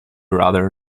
rather